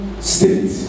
state